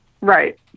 Right